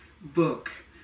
book